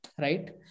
right